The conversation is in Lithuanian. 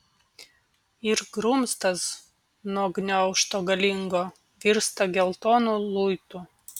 ir grumstas nuo gniaužto galingo virsta geltonu luitu